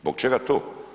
Zbog čega to?